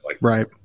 Right